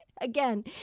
again